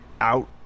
out